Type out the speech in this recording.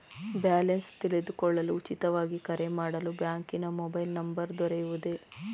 Balance ತಿಳಿದುಕೊಳ್ಳಲು ಉಚಿತವಾಗಿ ಕರೆ ಮಾಡಲು ಬ್ಯಾಂಕಿನ ಮೊಬೈಲ್ ನಂಬರ್ ದೊರೆಯುವುದೇ?